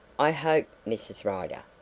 i hope, mrs. rider.